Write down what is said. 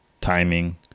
Timing